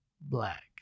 black